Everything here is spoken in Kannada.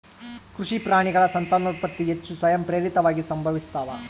ಕೃಷಿ ಪ್ರಾಣಿಗಳ ಸಂತಾನೋತ್ಪತ್ತಿ ಹೆಚ್ಚು ಸ್ವಯಂಪ್ರೇರಿತವಾಗಿ ಸಂಭವಿಸ್ತಾವ